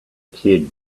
kid